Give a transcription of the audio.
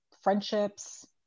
friendships